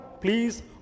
please